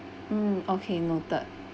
um okay noted